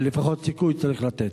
אבל לפחות סיכוי צריך לתת.